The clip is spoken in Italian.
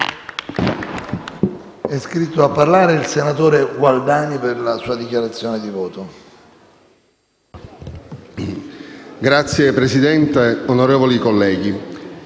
Signor Presidente, onorevoli colleghi,